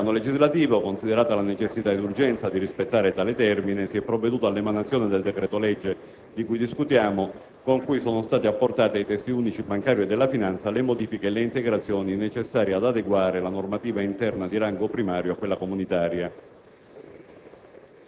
Sul piano legislativo, considerata la necessità e l'urgenza di rispettare tale termine, si è provveduto all'emanazione del decreto‑legge di cui discutiamo, con cui sono state apportate ai Testi unici bancario e della finanza le modifiche e le integrazioni necessarie ad adeguare la normativa interna di rango primario a quella comunitaria.